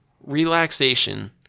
relaxation